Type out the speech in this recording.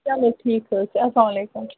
چلو ٹھیٖک حظ چھُ اسلام علیکُم